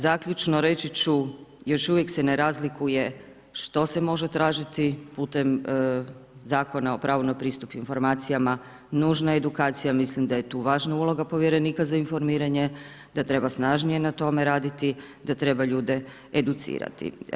Zaključno reći ću, još uvijek se ne razlikuje što se može tražiti putem Zakona o pravu na pristup informacijama, nužna edukacija mislim da je tu važna uloga povjerenika za informiranje, da treba snažnije na tome raditi, da treba ljude educirati.